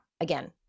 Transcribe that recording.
again